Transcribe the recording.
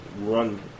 run